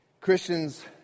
Christians